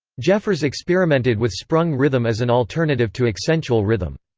jeffers experimented with sprung rhythm as an alternative to accentual rhythm.